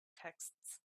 texts